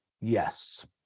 Yes